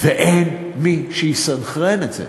ואין מי שיסנכרן את זה.